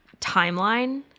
timeline